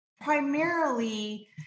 primarily